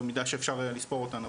במידה שאפשר לספור אותן,